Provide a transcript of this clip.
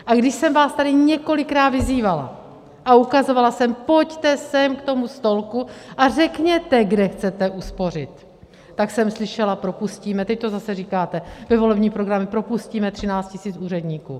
A když jsem vás tady několikrát vyzývala a ukazovala jsem: pojďte sem, k tomu stolku, a řekněte, kde chcete uspořit, tak jsem slyšela: propustíme teď to zase říkáte, ty volební programy propustíme 13 tisíc úředníků.